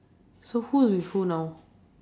so who with who now